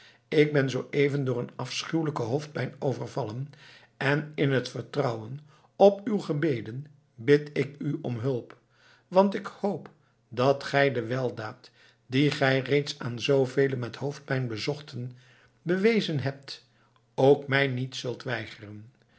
ik ben zooeven door een afschuwelijke hoofdpijn overvallen en in het vertrouwen op uw gebeden bid ik u om hulp want ik hoop dat gij de weldaad die gij reeds aan zoovele met hoofdpijn bezochten bewezen hebt ook mij niet zult weigeren